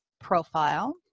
profile